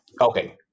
okay